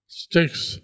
sticks